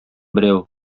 берәү